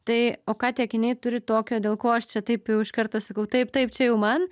tai o ką tie kinai turi tokio dėl ko aš čia taip jau iš karto sakau taip taip čia jau man